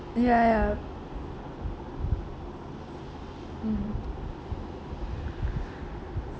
ya ya mmhmm